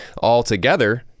altogether